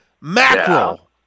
mackerel